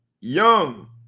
young